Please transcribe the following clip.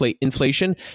inflation